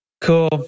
cool